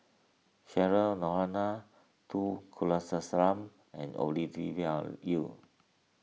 Cheryl Noronha two Kulasekaram and Yu